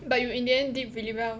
but you in the end did really well